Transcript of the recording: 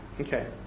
Okay